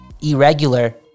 Irregular